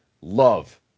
love